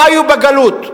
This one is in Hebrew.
חיו בגלות.